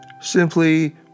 simply